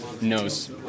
knows